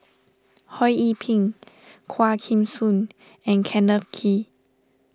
Ho Yee Ping Quah Kim Song and Kenneth Kee